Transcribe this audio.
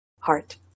heart